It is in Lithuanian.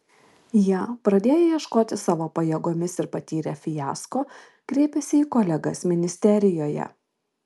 jie pradėję ieškoti savo pajėgomis ir patyrę fiasko kreipėsi į kolegas ministerijoje